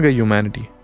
humanity